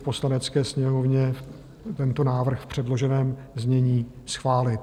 Poslanecké sněmovně tento návrh v předloženém znění schválit.